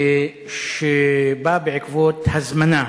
שבא בעקבות הזמנה